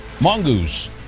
mongoose